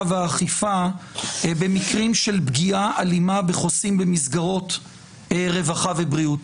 והאכיפה במקרים של פגיעה אלימה בחוסים במסגרות רווחה ובריאות.